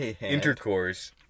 intercourse